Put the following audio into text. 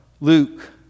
Luke